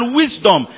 wisdom